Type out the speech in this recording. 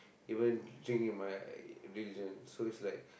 even drink in my religion so is like